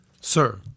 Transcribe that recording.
Sir